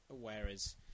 whereas